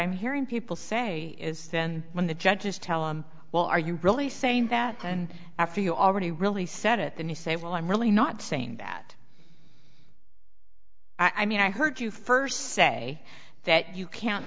i'm hearing people say is when the judges tell him well are you really saying that and after you already really said it then you say well i'm really not saying that i mean i heard you first say that you can't